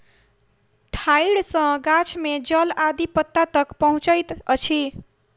ठाइड़ सॅ गाछ में जल आदि पत्ता तक पहुँचैत अछि